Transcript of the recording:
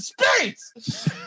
space